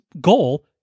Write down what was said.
goal